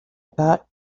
about